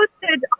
posted